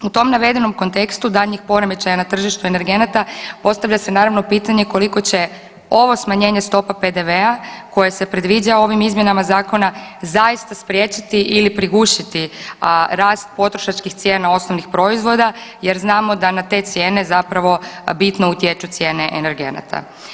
U tom navedenom kontekstu daljnjih poremećaja na tržištu energenata postavlja se naravno pitanje koliko će ovo smanjene stopa PDV-a koje se predviđa ovim izmjenama zakona zaista spriječiti ili prigušiti, a rast potrošačkih cijena osnovnih proizvoda jer znamo da na te cijene zapravo bitno utječu cijene energenata.